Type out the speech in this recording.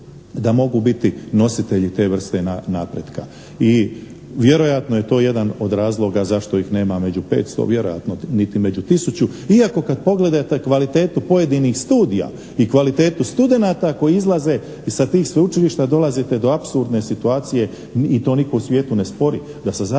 da mogu biti nositelji te vrste napretka. I vjerojatno je to jedan od razloga zašto ih nema među 500, vjerojatno niti među 1000, iako kada pogledate kvalitetu pojedinih studija i kvalitetu studenata koji izlaze sa tih sveučilišta, dolazite do apsurdne situacije i to nitko u svijetu ne spori, da sa Zagrebačkog